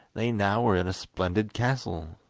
they now were in a splendid castle,